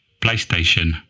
PlayStation